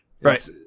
Right